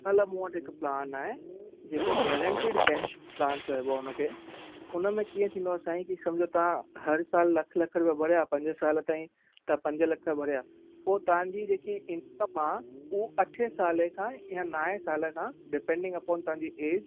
मतिलब मूं वटि हिकु प्लान आहे जेको गैरंटीड पेंशन प्लान चइबो आहे उन खे उन में कीअं थींदो आहे साईं की सम्झो तव्हां हरु सालु लखु लखु रुपिया भरिया पंज साल ताईं तव्हां पंज लख भरिया पोइ तव्हांजी जेकी इंकम आहे ऊ अठें साले खां यां नाएं साले खां डिपेंडींग अपॉन तांजी एज